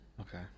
Okay